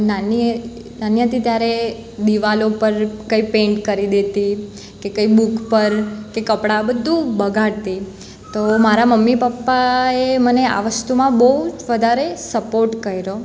નાની નાની હતી ત્યારે દીવાલો પર કંઈ પેન્ટ કરી દેતી કે કંઈ બુક પર કે કપડાં બધું બગાડતી તો મારા મમ્મી પપ્પાએ મને આ વસ્તુમાં બહુ વધારે સપોર્ટ કર્યો